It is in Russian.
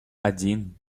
один